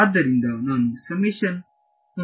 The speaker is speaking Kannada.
ಆದ್ದರಿಂದ ನಾನು ಸಮೇಶನ್ ಹೊಂದಲಿದ್ದೇನೆ